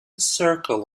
circle